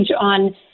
on